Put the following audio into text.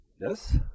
Yes